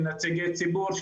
של נציגי ציבור,